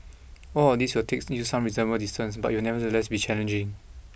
all of these will takes you some reasonable distance but it will nevertheless be challenging